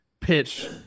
pitch